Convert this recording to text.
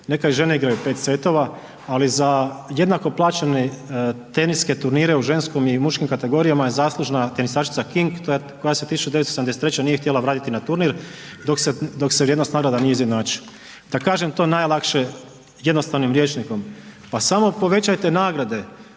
nekad i žene igraju 5 setova, ali za jednako plaćene teniske turnire u ženskom i muškim kategorijama je zaslužna tenisačica King koja se 1983. nije htjela vratiti na turnir dok se vrijednost nagrada nije izjednačio. Da kažem to najlakše jednostavnim rječnikom, pa samo povećajte nagrade